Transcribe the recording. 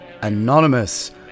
Anonymous